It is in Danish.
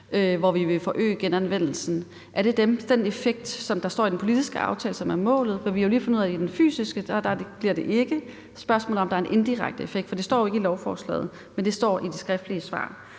t, vi vil forøge genanvendelsen? Er det den effekt, som der står i den politiske aftale, som er målet? For vi har lige fundet ud af, at det ikke bliver den fysiske. Spørgsmålet er, om der er en indirekte effekt, for det står jo ikke i lovforslaget, men det står i det skriftlige svar.